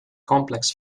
complex